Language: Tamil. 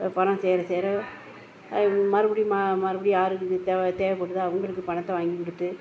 பணம் சேர சேர மறுபடியும் மறுபடியும் யாருக்கு தேவை தேவைப்படுதோ அவங்களுக்கு பணத்தை வாங்கி கொடுத்து